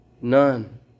none